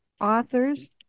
authors